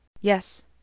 Yes